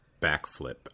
backflip